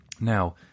Now